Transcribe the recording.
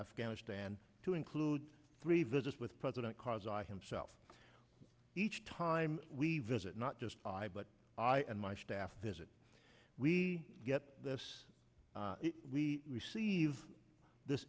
afghanistan to include three visits with president karzai himself each time we visit not just i but i and my staff visit we get this we receive this